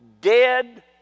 dead